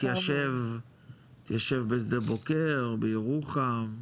-- התיישב בשדה בוקר, בירוחם,